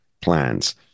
plans